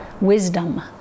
wisdom